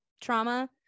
trauma